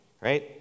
right